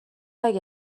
اگه